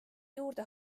juurde